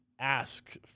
ask